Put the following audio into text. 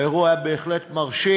האירוע היה בהחלט מרשים.